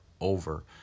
over